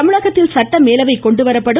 தமிழகத்தில் சட்ட மேலவை கொண்டு வரப்படும்